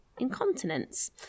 incontinence